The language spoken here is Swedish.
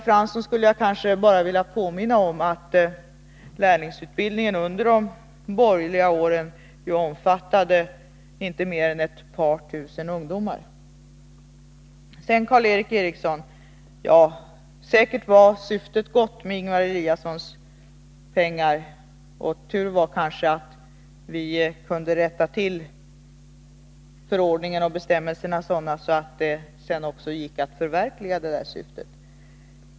Jag vill bara påminna Arne Fransson om att lärlingsutbildningen under de borgerliga åren omfattade inte mer än ett par tusen ungdomar. Därefter några ord till Karl Erik Eriksson. Syftet var säkert gott med de pengar som Ingemar Eliasson anslog. Men det kanske var tur att vi kunde rätta till förordningen och bestämmelserna, så att det sedan också gick att förverkliga syftet.